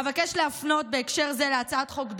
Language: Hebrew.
אבקש להפנות בהקשר זה להצעת חוק דומה,